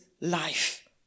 life